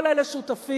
כל אלה שותפים,